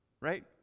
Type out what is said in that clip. right